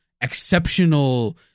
exceptional